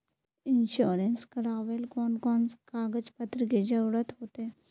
Insurance करावेल कोन कोन कागज पत्र की जरूरत होते?